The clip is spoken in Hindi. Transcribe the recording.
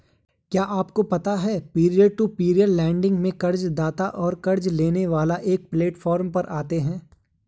क्या आपको पता है पीयर टू पीयर लेंडिंग में कर्ज़दाता और क़र्ज़ लेने वाला एक प्लैटफॉर्म पर आते है?